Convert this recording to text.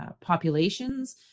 populations